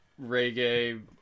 reggae